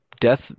death